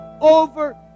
over